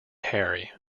harry